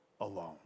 alone